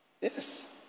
Yes